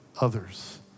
others